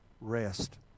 rest